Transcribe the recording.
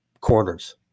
corners